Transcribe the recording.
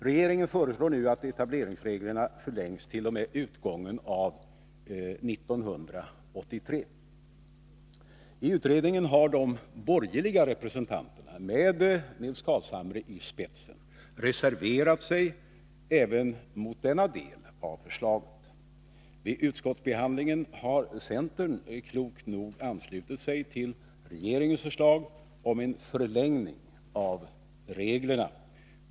Regeringen föreslår nu att etableringsreglerna förlängs t.o.m. utgången av 1983. ;:— privatpraktise I utredningen har de borgerliga representanterna, med Nils Carlshamre i — rande tandläkare spetsen, reserverat sig mot även denna del av förslaget. Vid utskottsbehand —;]/ tandvårdsförlingen har centern klokt nog anslutit sig till regeringens förslag om en förlängning av reglerna.